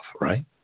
Right